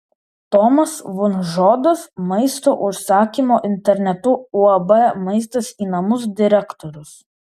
tomas vonžodas maisto užsakymo internetu uab maistas į namus direktorius